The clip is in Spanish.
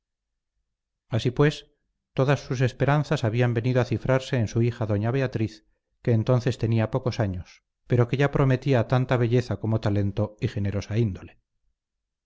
así pues todas sus esperanzas habían venido a cifrarse en su hija doña beatriz que entonces tenía pocos años pero que ya prometía tanta belleza como talento y generosa índole